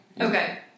Okay